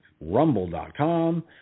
rumble.com